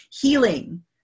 healing